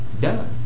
done